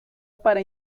para